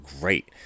great